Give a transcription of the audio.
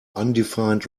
undefined